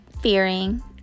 fearing